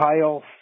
Kyle